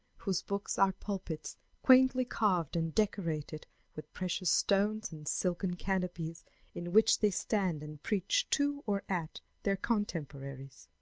whose books are pulpits quaintly carved and decorated with precious stones and silken canopies in which they stand and preach to or at their contemporaries.